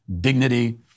dignity